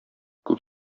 күп